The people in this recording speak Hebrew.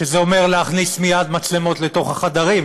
וזה אומר להכניס מייד מצלמות לתוך החדרים,